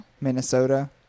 Minnesota